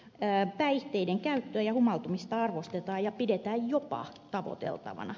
päihteiden käyttöä ja humaltumista arvostetaan ja pidetään jopa tavoiteltavana